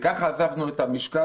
ככה עזבנו את המשכן